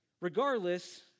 Regardless